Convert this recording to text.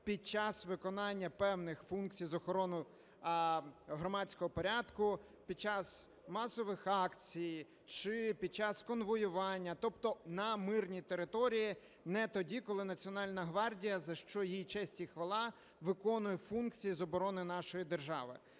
під час виконання певних функцій з охорони громадського порядку, під час масових акцій чи під час конвоювання, тобто на мирній території, не тоді, коли Національна гвардія, за що їй честь і хвала, виконує функції з оборони нашої держави.